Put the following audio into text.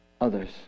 others